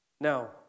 Now